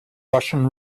russian